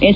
S